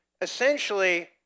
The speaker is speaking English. essentially